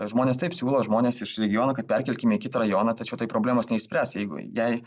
žmonės taip siūlo žmonės iš regiono kad perkelkime į kitą rajoną tačiau tai problemos neišspręs jeigu jei